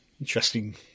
interesting